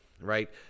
Right